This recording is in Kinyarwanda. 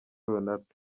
ronaldo